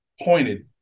pointed